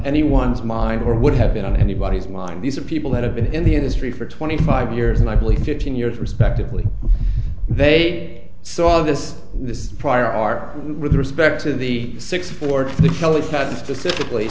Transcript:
anyone's mind or would have been on anybody's mind these are people that have been in the industry for twenty five years and i believe fifteen years respectively they saw this this prior art with respect to the six for the tel